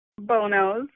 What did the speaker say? bonos